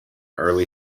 early